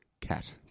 cat